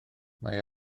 mae